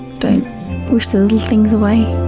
don't wish the little things away.